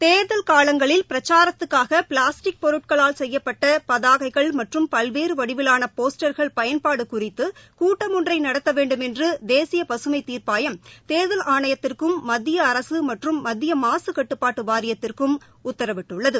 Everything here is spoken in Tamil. தேர்தல் காலங்களில் பிரச்சாரத்துக்காக பிளாஸ்டிக் பொருட்களால் செய்யப்பட்ட பதாகைகள் மற்றும் பல்வேறு வடிவிலான போஸ்டர்கள் பயன்பாடு குறித்து கூட்டம் ஒன்றை நடத்த வேண்டும் என்று தேசிய பசுமை தீர்ப்பாயம் தேர்தல் ஆணையத்திற்கும் மத்திய அரசு மற்றும் மத்திய மாசுகட்டுபாட்டு வாரியத்திற்கும் உத்தரவிட்டுள்ளது